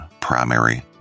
primary